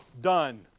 Done